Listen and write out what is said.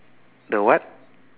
the what